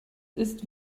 ist